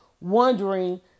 wondering